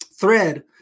Thread